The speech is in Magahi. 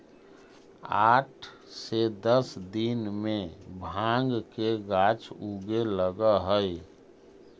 आठ से दस दिन में भाँग के गाछ उगे लगऽ हइ